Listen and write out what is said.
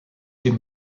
dem